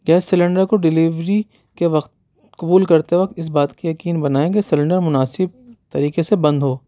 gas cylinder کو delivery کے وقت قبول کرتے وقت اِس بات کے یقین بنائیں کہ سیلنڈر مناسب طریقے سے بند ہو